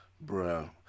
Bro